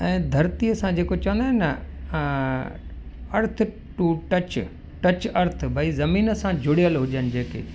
ऐं धरतीअ सां जेको चवंदा आहिनि न earth to touch touch earth भई ज़मीन सां जुड़ियलु हुजनि जेके